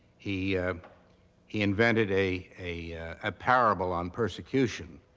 he he invented a a ah parable on persecution,